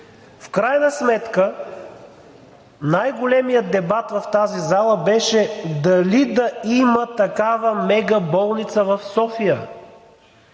В крайна сметка най-големият дебат в тази зала беше дали да има такава мега болница в София,